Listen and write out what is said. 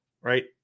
Right